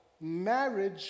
marriage